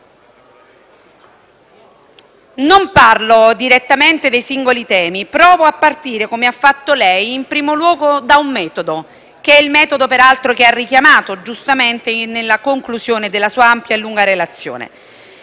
Non parlo direttamente dei singoli temi, ma provo a partire - come ha fatto lei - in primo luogo da un metodo, da lei richiamato, peraltro giustamente, nella conclusione della sua ampia e lunga relazione.